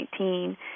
2019